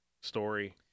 story